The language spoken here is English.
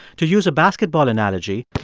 to use a basketball analogy,